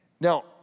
Now